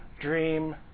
dream